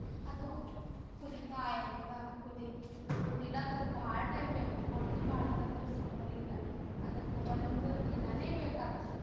ಅದು ಕುದಿತಾಯಿರ್ತದೆ ಕುದಿ ಕುದಿಲಕ್ ಅದು ಭಾಳ ಟೈಮ್ ಬೇಕು ಹೋಳಿಗೆ ಮಾಡೋದಂದ್ರೆ ಸುಮ್ಮನಿಲ್ಲ ಅದಕ್ಕೂ ಒಂದು ದಿನಾನೆ ಬೇಕಾಗ್ತದೆ